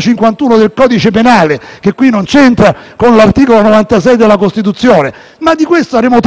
51 del codice penale, che qui non c'entra, con l'articolo 96 della Costituzione. Ma di questo avremo tempo di scrivere e di parlare. Abbiamo raccolto una serie di gemme giuridiche veramente fenomenali,